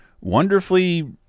wonderfully